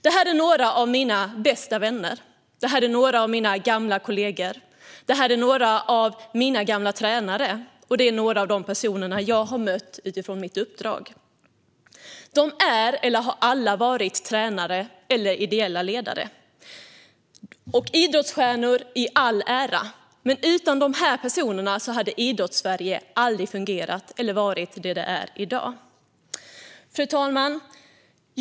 Detta är några av mina bästa vänner, några av mina gamla kollegor och några av mina gamla tränare. Det är också några av de personer jag har mött utifrån mitt uppdrag. De är eller har alla varit tränare eller ideella ledare, och idrottsstjärnor i all ära - utan dessa personer hade Idrottssverige aldrig fungerat eller varit vad det är i dag. Fru talman!